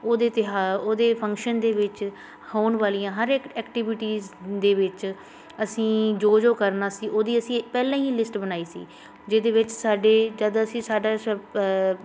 ਉਹਦੇ ਤਿਹਾ ਉਹਦੇ ਫੰਕਸ਼ਨ ਦੇ ਵਿੱਚ ਹੋਣ ਵਾਲੀਆਂ ਹਰ ਇੱਕ ਐਕਟੀਵਿਟੀਜ ਦੇ ਵਿੱਚ ਅਸੀਂ ਜੋ ਜੋ ਕਰਨਾ ਸੀ ਉਹਦੀ ਅਸੀਂ ਪਹਿਲਾਂ ਹੀ ਲਿਸਟ ਬਣਾਈ ਸੀ ਜਿਹਦੇ ਵਿੱਚ ਸਾਡੇ ਜਦ ਅਸੀਂ ਸਾਡਾ ਸ਼